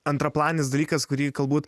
antraplanis dalykas kurį galbūt